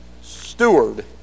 steward